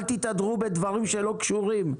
אל תתהדרו בדברים שלא קשורים.